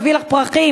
מביא לך פרחים.